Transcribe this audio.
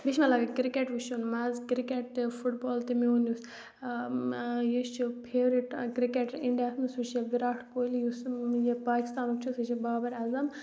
بیٚیہِ چھِ مےٚ لَگان کِرکٮ۪ٹ وٕچھُن مَزٕ کِرکٮ۪ٹ تہِ فُٹ بال تہِ میون یُس یہِ چھِ فیورِٹ کِرٛکٮ۪ٹر اِنڈیاہَس منٛز سُہ چھِ وِراٹھ کوہلی یُس یہِ پاکِستانُک چھِ سُہ چھِ بابر اعظم